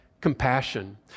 compassion